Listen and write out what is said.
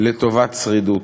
לטובת שרידות.